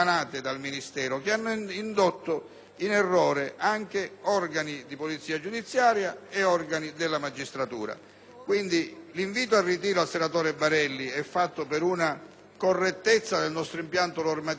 L'invito al ritiro rivolto al senatore Barelli, quindi, è ispirato ad una correttezza nell'impianto normativo, per evitare ripetizioni o norme interpretative di norme che sono assolutamente chiare;